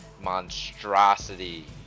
monstrosity